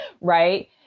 Right